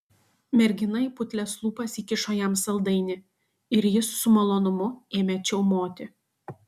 mergina į putlias lūpas įkišo jam saldainį ir jis su malonumu ėmė čiaumoti